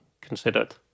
considered